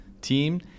team